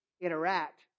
interact